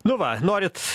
nu va norit